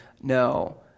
No